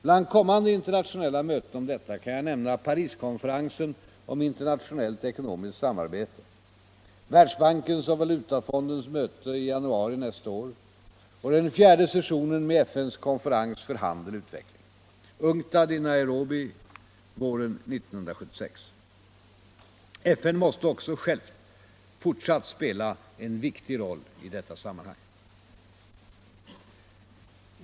Bland kommande internationella möten om detta kan jag nämna Pariskonferensen om internationellt ekonomiskt samarbete, Världsbankens och Valutafondens möte i januari nästa år och den fjärde sessionen med FN:s konferens för handel och utveckling, UNCTAD, i Nairobi våren 1976. FN måste också självt fortsatt spela en viktig roll i detta sammanhang.